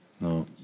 No